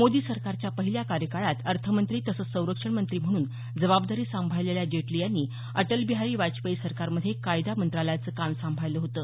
मोदी सरकारच्या पहिल्या कार्यकाळात अर्थमंत्री तसंच संरक्षण मंत्री म्हणून जबाबदारी सांभाळलेल्या जेटली यांनी अटलबिहारी वाजपेयी सरकारमध्ये कायदा मंत्रालयाचं काम सांभाळलं होतं